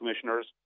commissioners